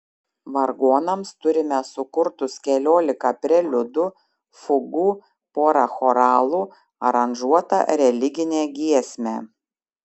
vargonams turime sukurtus keliolika preliudų fugų porą choralų aranžuotą religinę giesmę